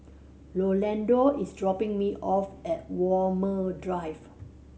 Rolando is dropping me off at Walmer Drive